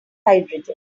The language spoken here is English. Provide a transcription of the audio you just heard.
hydrogen